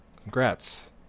congrats